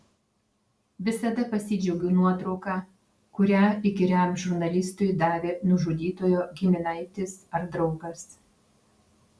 visada pasidžiaugiu nuotrauka kurią įkyriam žurnalistui davė nužudytojo giminaitis ar draugas